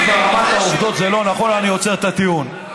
אם ברמת העובדות זה לא נכון, אני עוצר את הטיעון.